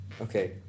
Okay